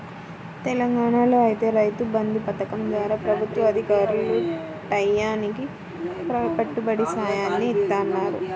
తెలంగాణాలో ఐతే రైతు బంధు పథకం ద్వారా ప్రభుత్వ అధికారులు టైయ్యానికి పెట్టుబడి సాయాన్ని ఇత్తన్నారు